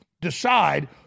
decide